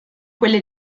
quelle